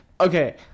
Okay